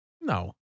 No